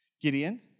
Gideon